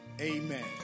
Amen